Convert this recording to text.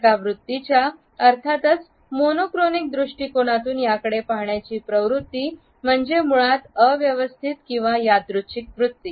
एक वृत्तीच्या अर्थातच मोनो क्रॉनिक दृष्टीकोनातून याकडे पाहण्याची प्रवृत्ती म्हणजे मुळात अव्यवस्थित किंवा यादृच्छिक वृत्ती